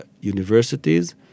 universities